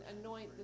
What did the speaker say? Anoint